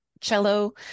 Cello